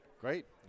Great